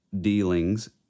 dealings